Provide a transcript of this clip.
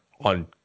on